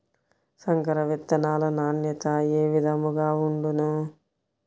సంకర విత్తనాల నాణ్యత ఏ విధముగా ఉండును?